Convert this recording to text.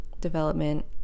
development